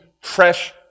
fresh